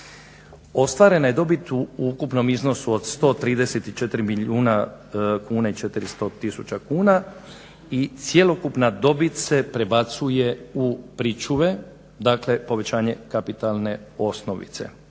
Ostvarena je dobit u ukupnom iznosu od 134 milijuna kuna i 400 000 kuna i cjelokupna dobit se prebacuje u pričuve, dakle povećanje kapitalne osnovice.